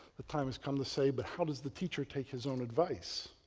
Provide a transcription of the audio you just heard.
the time has come to say, but how does the teacher take his own advice,